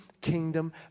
Kingdom